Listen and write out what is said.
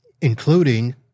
including